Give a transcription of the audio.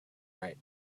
right